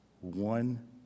one